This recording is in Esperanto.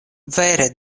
vere